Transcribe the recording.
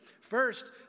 First